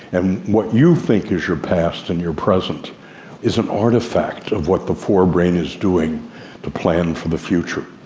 and what you think is your past and your present is an artefact of what the forebrain is doing to plan for the future.